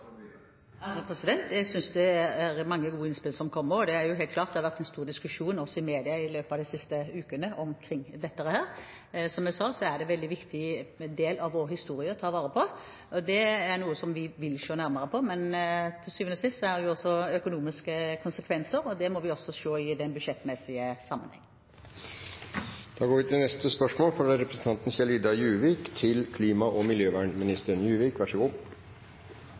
Jeg synes det er mange gode innspill som kommer, og det har vært en stor diskusjon også i media de siste ukene omkring dette. Som jeg sa, er dette en viktig del av vår historie å ta vare på. Det er noe som vi vil se nærmere på, men til syvende og sist er det også økonomiske konsekvenser, og det må vi se på i den budsjettmessige sammenhengen. Jeg tillater meg å stille følgende spørsmål til klima- og miljøvernministeren: